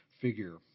figure